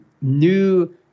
new